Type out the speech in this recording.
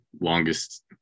longest